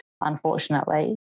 unfortunately